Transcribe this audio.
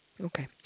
Okay